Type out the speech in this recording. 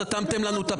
סתמתם לנו את הפה.